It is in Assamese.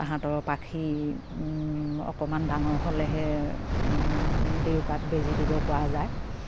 তাহাঁতৰ পাখি অকমান ডাঙৰ হ'লেহে দেউকাত বেজি দিব পৰা যায়